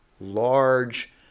large